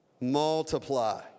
multiply